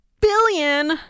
billion